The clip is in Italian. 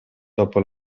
dopo